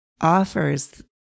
offers